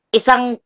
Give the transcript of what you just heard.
isang